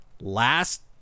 last